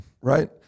right